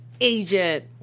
agent